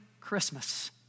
Christmas